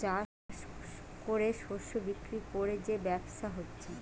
চাষ কোরে শস্য বিক্রি কোরে যে ব্যবসা হচ্ছে